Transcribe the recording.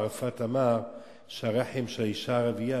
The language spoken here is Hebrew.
ערפאת אמר שהרחם של האשה הערבייה,